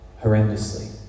horrendously